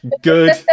good